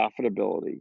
profitability